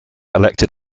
elected